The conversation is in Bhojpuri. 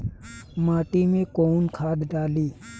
माटी में कोउन खाद डाली?